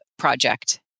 project